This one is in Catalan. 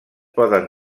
poden